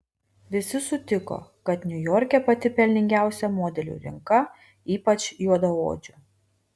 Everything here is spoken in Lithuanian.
visi sutiko kad niujorke pati pelningiausia modelių rinka ypač juodaodžių